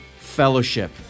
fellowship